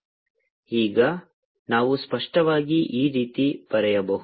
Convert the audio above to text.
k MLT 2I 2I2L2I1ML3T 3LL4 ಈಗ ನಾವು ಸ್ಪಷ್ಟವಾಗಿ ಈ ರೀತಿ ಬರೆಯಬಹುದು